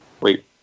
Wait